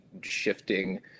shifting